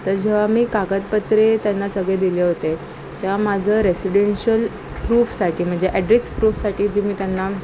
तर जेव्हा मी कागदपत्रे त्यांना सगळे दिले होते तेव्हा माझं रेसिडेन्शल प्रूफसाठी म्हणजे ॲड्रेस प्रूफसाठी जे मी त्यांना